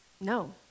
no